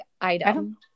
item